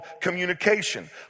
Communication